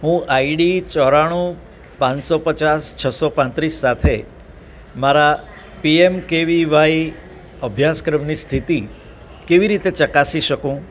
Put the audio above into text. હું આઈડી ચોરાણું પાંચસો પચાસ છસો પાંત્રીસ સાથે મારા પીએમકેવિવાય અભ્યાસક્રમની સ્થિતિ કેવી રીતે ચકાસી શકું